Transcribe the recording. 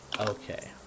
Okay